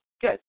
good